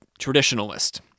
traditionalist